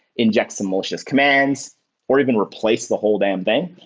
inject some malicious commands or even replace the whole damn thing.